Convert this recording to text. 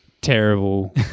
terrible